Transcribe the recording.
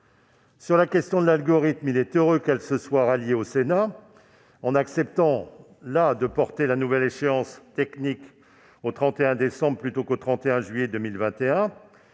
Sur la question de l'algorithme, il est heureux qu'elle se soit ralliée au Sénat, en acceptant de porter la nouvelle échéance de la technique au 31 décembre 2021, plutôt qu'au 31 juillet.